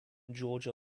georgia